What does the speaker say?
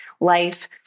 life